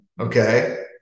Okay